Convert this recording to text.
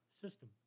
system